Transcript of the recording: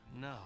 No